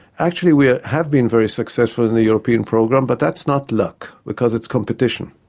actually we ah have been very successful in the european program but that's not luck because it's competition.